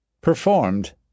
Performed